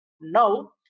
now